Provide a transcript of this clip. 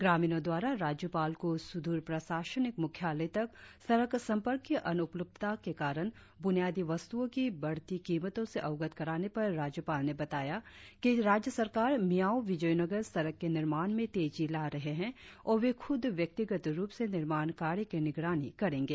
ग्रामीणों द्वारा राज्यपाल को सुदूर प्रशासनिक मुख्यालय तक सड़क संपर्क की अनुपलब्धता के कारण बुनियादी वस्तुओं की बढ़ती कीमतों से अवगत कराने पर राज्यपाल ने बताया कि राज्य सरकार मिआओ विजोयनगर सड़क के निर्माण में तेजी ला रहे है और वे खुद व्यक्तिगत रुप से निर्माण कार्य की निगरानी करेंगे